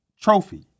trophy